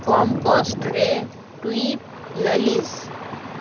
ᱠᱚᱢ cost ᱨᱮ ᱴᱩᱭᱤᱯ ᱞᱟᱹᱞᱤᱥ